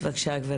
בבקשה גברתי.